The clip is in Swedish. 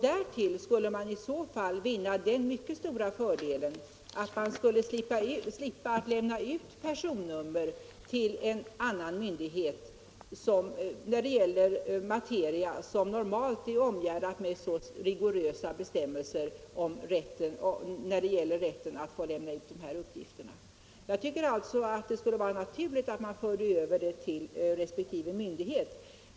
Därtill skulle man vinna den mycket stora fördelen att man slapp lämna ut personnummer till en annan myndighet när det gäller materia som normalt är omgärdad med så rigorösa bestämmelser angående rätten att lämna ut uppgifter. Jag tycker alltså att det vore naturligt att man förde över det här arbetet till resp. myndigheter.